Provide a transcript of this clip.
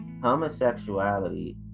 homosexuality